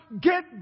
Get